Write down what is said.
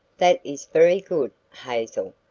that is very good, hazel,